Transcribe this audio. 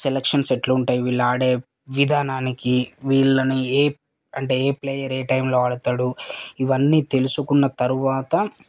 selections ఎట్లుంటాయి వీళ్ళు ఆడే విధానానికి వీళ్ళని ఏ అంటే ఏ ప్లెయర్ ఏ టైంలో ఆడతాడు ఇవన్నీ తెలుసుకున్న తరువాత